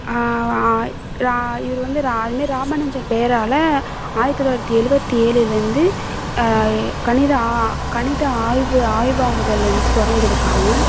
ரா இவர் வந்து ரா அதுமாரி ராமானுஜம் பேரால் ஆயிரத்து தொள்ளாயிரத்து எழுவத்தி ஏழுலேந்து கணித ஆ கணித ஆய்வு ஆய்வாகுதல் வந்து தொடங்கி இருக்காங்க